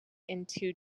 into